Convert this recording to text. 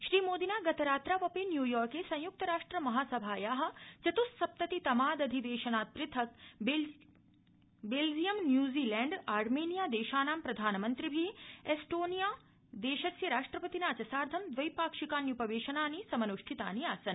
श्रीमोदिना गतरात्रावपि न्यूयॉर्के संयुक्तराष्ट्र महासभाया चतुस्सप्तति तमादधिवेशनात् पृथक् बेल्जियम न्यूजीलैंड अर्मीनिया देशानां प्रधानमन्त्रिभि एस्टोनिया देशस्य राष्ट्रपतिना च सार्ध दवैपाक्षिकान्युपवेशनानि समन्ष्ठितानि आसन्